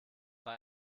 bei